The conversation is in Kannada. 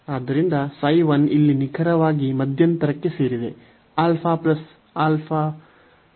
ಆದ್ದರಿಂದ ξ 1 ಇಲ್ಲಿ ನಿಖರವಾಗಿ ಮಧ್ಯಂತರಕ್ಕೆ ಸೇರಿದೆ α α